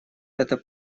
это